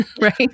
right